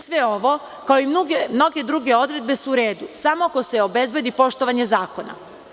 Sve ovo, kao i mnoge druge odredbe su u redu samo ako se obezbedi poštovanje zakona.